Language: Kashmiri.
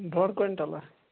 ڈۅڈ کۅنٛٹل ہا